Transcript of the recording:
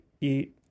eat